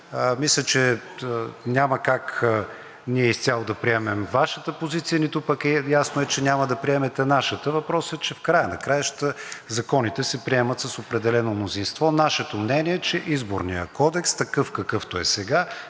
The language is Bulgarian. Мисля, че няма как ние изцяло да приемем Вашата позиция. Ясно е, че няма да приемете нашата. Въпросът е, че в края на краищата законите се приемат с определено мнозинство. Нашето мнение е, че Изборният кодекс, такъв, какъвто е сега,